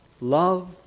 Love